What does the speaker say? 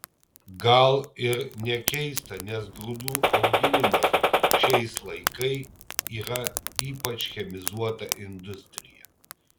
gal ir nekeista nes grūdų auginimas šiais laikai yra ypač chemizuota industrija